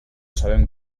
sabem